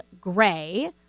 gray